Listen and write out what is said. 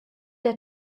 der